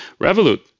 Revolut